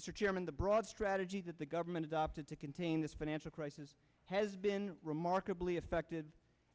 chairman the broad strategy that the government adopted to contain this financial crisis has been remarkably effective